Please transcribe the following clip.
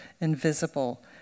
invisible